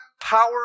power